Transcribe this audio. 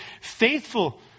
faithful